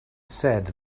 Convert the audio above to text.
said